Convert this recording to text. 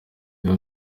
rero